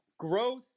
Growth